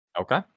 Okay